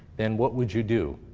then what would you do?